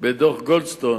בדוח גולדסטון.